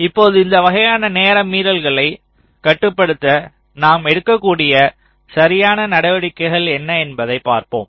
இப்போது இந்த வகையான நேர மீறல்களைக் கட்டுப்படுத்த நாம் எடுக்கக்கூடிய சரியான நடவடிக்கைகள் என்ன என்பதை பார்ப்போம்